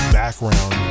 background